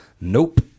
Nope